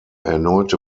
erneute